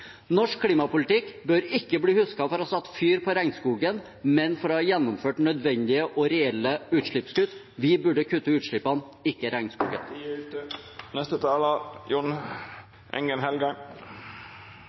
Norsk klimapolitikk bør ikke bli husket for å ha satt fyr på regnskogen, men for å ha gjennomført nødvendige og reelle utslippskutt. Vi burde kutte utslippene, ikke regnskogen.